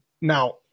Now